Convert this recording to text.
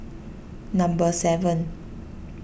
number seven